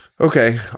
Okay